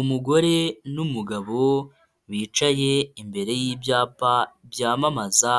Umugore n'umugabo bicaye imbere y'ibyapa byamamaza,